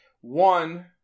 one